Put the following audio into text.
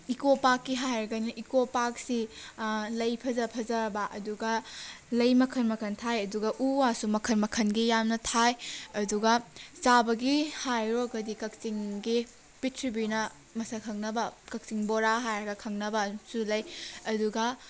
eco ꯄꯥꯛꯀꯤ ꯍꯥꯏꯔꯒꯅ ꯏꯀꯣ ꯄꯥꯛꯁꯤ ꯂꯩ ꯐꯖ ꯐꯖꯔꯕ ꯑꯗꯨꯒ ꯂꯩ ꯃꯈꯟ ꯃꯈꯟ ꯊꯥꯏ ꯑꯗꯨꯒ ꯎ ꯋꯥꯁꯨ ꯃꯈꯟ ꯃꯈꯟꯒꯤ ꯌꯥꯝꯅ ꯊꯥꯏ ꯑꯗꯨꯒ ꯆꯥꯕꯒꯤ ꯍꯥꯏꯔꯨꯔꯒꯗꯤ ꯀꯛꯆꯤꯡꯒꯤ ꯄ꯭ꯔꯤꯊꯤꯕꯤꯅ ꯃꯁꯛ ꯈꯪꯅꯕ ꯀꯛꯆꯤꯡ ꯕꯣꯔꯥ ꯍꯥꯏꯔꯒ ꯈꯪꯅꯕ ꯑꯃꯁꯨ ꯂꯩ ꯑꯗꯨꯒ